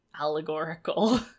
allegorical